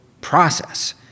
process